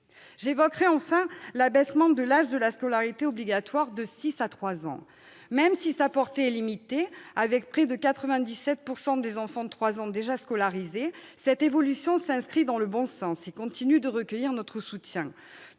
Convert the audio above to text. J'évoquerai enfin l'abaissement de l'âge de la scolarité obligatoire de six à trois ans. Même si sa portée est limitée, avec près de 97 % des enfants de trois ans déjà scolarisés, cette évolution s'inscrit dans le bon sens et continue de recueillir notre soutien.